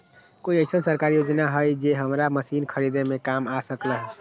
कोइ अईसन सरकारी योजना हई जे हमरा मशीन खरीदे में काम आ सकलक ह?